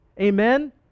Amen